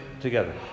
together